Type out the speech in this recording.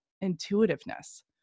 intuitiveness